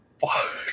fuck